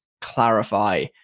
clarify